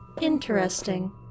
Interesting